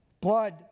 blood